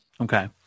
Okay